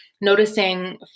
noticing